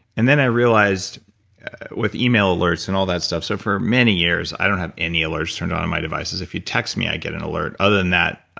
and then i realized with email alerts and all that stuff, so for many years, i don't have any alerts turned on in my devices. if you text me, i get an alert. other than that,